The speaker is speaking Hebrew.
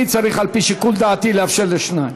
אני צריך, על-פי שיקול דעתי, לאפשר לשניים,